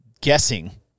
guessing